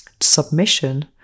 submission